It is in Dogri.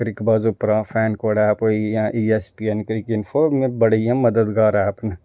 क्रिकबज़ उप्परां फैन कोड ऐप होइया जां कोई E S P N info होइया बड़े ऐसे मददगार ऐप न